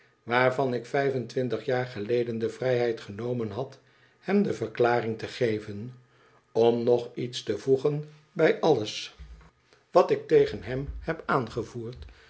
waarvan ik vijf en twintig jaar geleden de vrijheid genomen had hem de verklaring te geven om nog iets te voegen bij alles wat ik vrijwillige politiedienst tegen hem heb aangevoerd